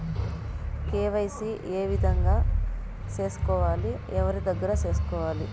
KYC ఏ విధంగా సేసుకోవాలి? ఎవరి దగ్గర సేసుకోవాలి?